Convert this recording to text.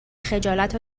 خجالت